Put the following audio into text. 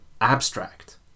abstract